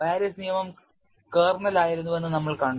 Paris നിയമം കേർണലായിരുന്നുവെന്ന് നമ്മൾ കണ്ടു